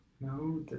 No